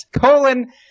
colon